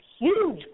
huge